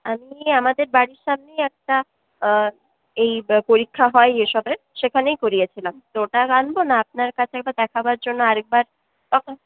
আমি আমাদের বাড়ির সামনেই একটা এই পরীক্ষা হয় এসবের সেখানেই করিয়েছিলাম তো ওটা আনবো না আপনার কাছে একবার দেখাবার জন্য আর একবার তখন